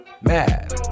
mad